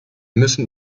müssen